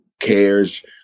cares